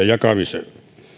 jakamiseen